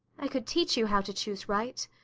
i could teach you how to choose right,